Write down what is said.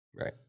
Right